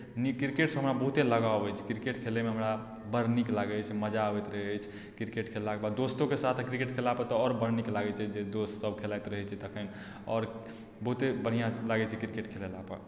नीक क्रिकेटसँ हमरा बहुते लगाव अछि क्रिकेट खेलयमे हमरा बड़ नीक लागैत अछि मजा आबैत रहैत अछि क्रिकेट खेललाके बाद दोस्तोके साथ क्रिकेट खेललापर तऽ आओर बड्ड नीक लागैत छै जे दोस्तसभ खेलाइत रहैत छै तखन आओर बहुते बढ़िआँ लगैत छै क्रिकेट खेलेलापर